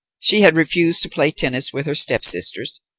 she had refused to play tennis with her stepsisters,